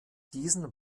diesen